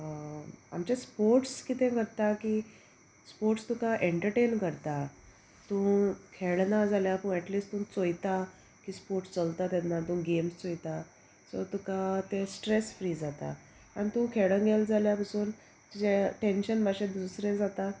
आमचे स्पोर्ट्स कितें करता की स्पोर्ट्स तुका एन्टरटेन करता तूं खेळना जाल्यार तूं एटलिस्ट तूं चोयता की स्पोर्ट्स चलता तेन्ना तूं गेम्स चोयता सो तुका ते स्ट्रेस फ्री जाता आनी तूं खेडो गेले जाल्यार पसून तुजें टेंशन मातशें दुसरें जाता